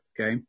okay